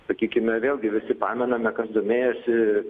sakykime vėlgi visi pamename kas domėjosi